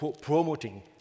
promoting